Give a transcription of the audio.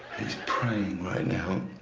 he's praying right now.